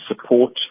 support